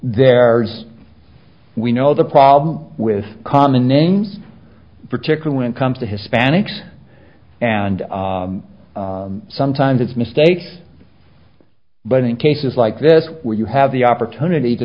there as we know the problem with common names particular when it comes to hispanics and sometimes it's mistakes but in cases like this where you have the opportunity to